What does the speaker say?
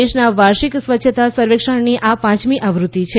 દેશના વાર્ષિક સ્વચ્છતા સર્વેક્ષણની આ પાંચમી આવત્તિ છે